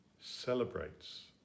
celebrates